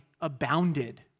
abounded